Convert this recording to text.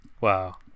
Wow